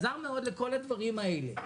עזר מאוד לכל הדברים האלה.